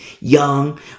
young